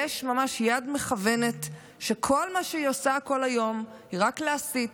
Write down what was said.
יש ממש יד מכוונת שכל מה שהיא עושה כל היום הוא רק להסית,